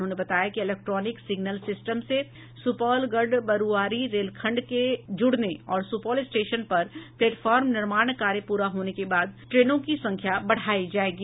उन्होंने बताया कि इलेक्ट्रॉनिक सिग्नल सिस्टम से सूपौल गढ़बरूआरी रेलखंड के जूड़ने और सूपौल स्टेशन पर प्लेटफॉर्म निर्माण कार्य पूरा होने के बाद ट्रेनों की संख्या बढ़ायी जायेगी